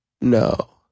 No